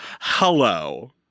Hello